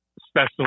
special